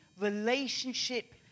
relationship